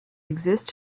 exist